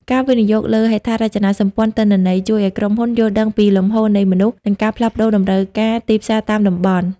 ការវិនិយោគលើ "ហេដ្ឋារចនាសម្ព័ន្ធទិន្នន័យ" ជួយឱ្យក្រុមហ៊ុនយល់ដឹងពីលំហូរនៃមនុស្ស និងការផ្លាស់ប្តូរតម្រូវការទីផ្សារតាមតំបន់។